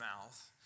mouth